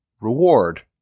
reward